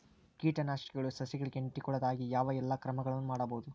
ಕೇಟನಾಶಕಗಳು ಸಸಿಗಳಿಗೆ ಅಂಟಿಕೊಳ್ಳದ ಹಾಗೆ ಯಾವ ಎಲ್ಲಾ ಕ್ರಮಗಳು ಮಾಡಬಹುದು?